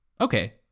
Okay